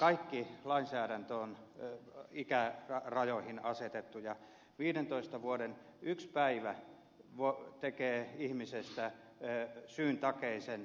kaikki lainsäädäntö on ikärajoihin asetettu ja yksi päivä tekee ihmisestä syyntakeisen